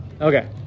Okay